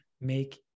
make